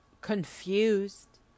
confused